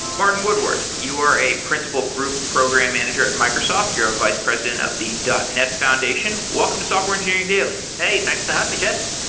martin woodward, you are a principal group program manager at microsoft. you're a vice president of the net foundation. welcome to software engineering daily hey! thanks for having me, jeff.